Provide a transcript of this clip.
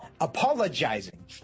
apologizing